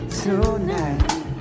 tonight